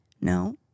No